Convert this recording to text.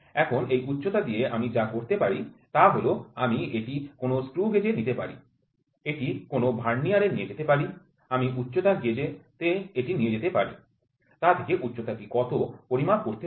এখন এই উচ্চতা দিয়ে আমি যা করতে পারি তা হল আমি এটি কোনও স্ক্রুগেজে নিতে পারি এটি কোনও ভার্নিয়ারে নিয়ে যেতে পারি আমি উচ্চতা গেজেতে এটি নিতে পারি তা থেকে উচ্চতা টি কতটা পরিমাপ করতে পারি